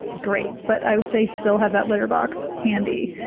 great. but i would say, still have that litter box handy.